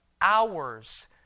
hours